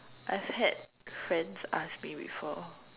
I've had friends ask me before